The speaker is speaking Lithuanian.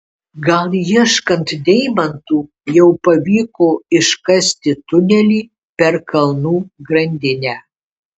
gal ieškant deimantų jau pavyko iškasti tunelį per kalnų grandinę